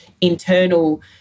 internal